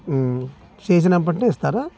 సీజనప్ అంటే ఇస్తారా